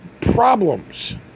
problems